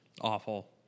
awful